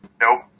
Nope